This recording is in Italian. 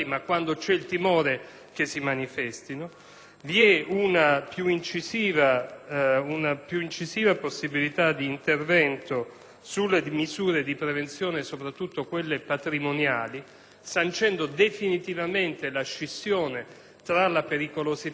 Vi è poi una più incisiva possibilità di intervento sulle misure di prevenzione, soprattutto quelle patrimoniali, sancendo definitivamente la scissione tra la pericolosità personale e la provenienza mafiosa del bene.